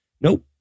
Nope